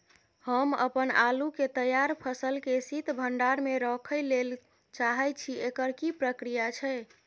हम अपन आलू के तैयार फसल के शीत भंडार में रखै लेल चाहे छी, एकर की प्रक्रिया छै?